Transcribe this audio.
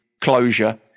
closure